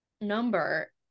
number